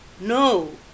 no